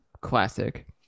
classic